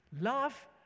love